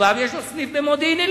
יש לו סניף במודיעין-עילית.